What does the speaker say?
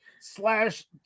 slash